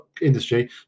industry